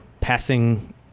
passing